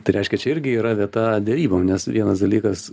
tai reiškia čia irgi yra vieta derybom nes vienas dalykas